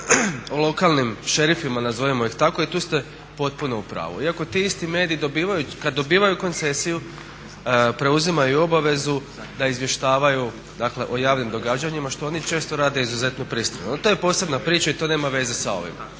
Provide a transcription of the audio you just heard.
o lokalnim šerifima, nazovimo ih tako i tu ste potpuno u pravu. Iako ti isti mediji dobivaju kad dobivaju koncesiju preuzimaju obavezu da izvještavaju o javnim događanjima što oni često rade izuzetno pristrano. To je posebna priča i to nema veze s ovim.